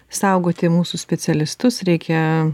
saugoti mūsų specialistus reikia